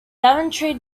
daventry